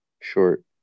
short